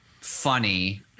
funny